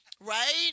Right